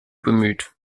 bemüht